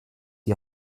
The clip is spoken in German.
die